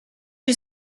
you